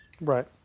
Right